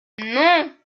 non